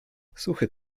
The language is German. suche